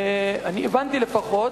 אני הבנתי לפחות,